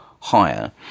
higher